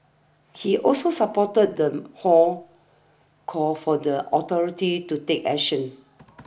he also supported the hall's call for the authorities to take action